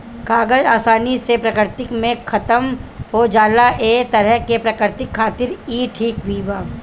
कागज आसानी से प्रकृति में खतम हो जाला ए तरह से प्रकृति खातिर ई ठीक भी बा